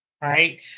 right